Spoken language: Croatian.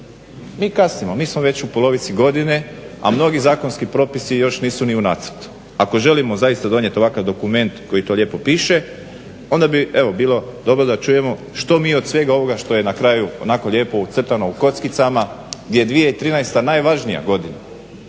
mi kasnimo. Mi smo već u polovici godine, a mnogi zakonski propisi još nisu ni u nacrtu. Ako želimo zaista donijeti ovakav dokument u kojem to lijepo piše onda bi evo bilo dobro da čujemo što mi od svega ovoga što je na kraju onako lijepo ucrtano u kockicama gdje je 2013. najvažnija godina,